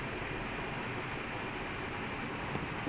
ஏன் நா:yaen naa both teams ரொம்ப:romba strong ah இருக்காங்க:irukkaanga now